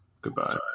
goodbye